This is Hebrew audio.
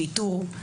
תוכניות איתור,